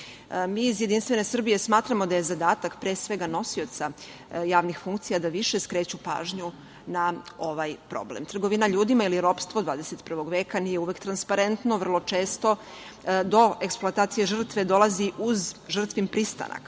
iz Jedinstvene Srbije smatramo da je zadatak, pre svega nosioca javnih funkcija da više skreću pažnju na ovaj problem. Trgovina ljudima ili ropstvo 21. veka nije uvek transparentno, vrlo često do eksploatacije žrtve dolazi uz žrtvin pristanak.